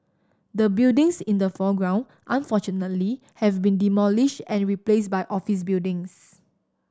the buildings in the foreground unfortunately have been demolished and replaced by office buildings